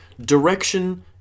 Direction